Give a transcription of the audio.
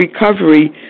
recovery